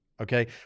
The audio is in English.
Okay